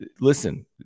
Listen